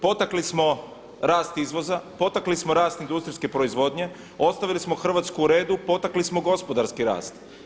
Potakli smo rast izvoza, potakli smo rast industrijske proizvodnje, ostavili smo Hrvatsku u redu, potakli smo gospodarski rast.